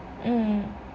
mm